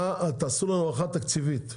תעשו לנו הערכה תקציבית,